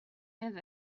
have